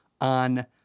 on